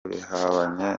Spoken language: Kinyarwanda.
bihabanye